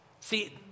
See